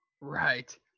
Right